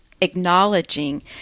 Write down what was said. acknowledging